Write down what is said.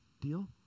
Deal